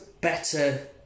better